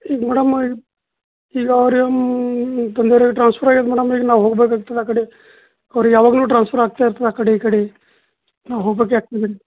ಈಗ ಮೇಡಮ್ ಈಗ ಅವ್ರಿಗೆ ನಮ್ಮ ತಂದೆಯವ್ರಿಗೆ ಟ್ರಾನ್ಸ್ಫರ್ ಆಗ್ಯಾದೆ ಮೇಡಮ್ ಈಗ ನಾವು ಹೋಗ್ಬೇಕು ಆಗ್ತದೆ ಆ ಕಡೆ ಅವ್ರಿಗೆ ಯಾವಾಗಲು ಟ್ರಾನ್ಸ್ಫರ್ ಆಗ್ತಾ ಇರ್ತದೆ ಆ ಕಡೆ ಈ ಕಡೆ ನಾವು ಹೋಗ್ಬೇಕು ಆಗ್ತದೆ ರೀ